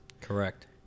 correct